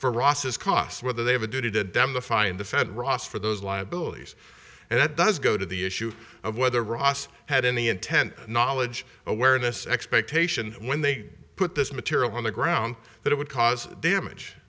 for ross's costs whether they have a duty to them the fine the fed ross for those liabilities and it does go to the issue of whether ross had any intent knowledge awareness expectation when they put this material on the ground that it would cause damage